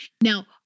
Now